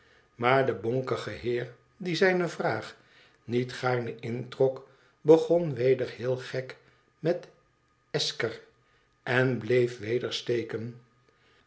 maar de bonkige heer die zijne vraag niet gaarne introk begon weder heel gek met i esker en bleef weder steken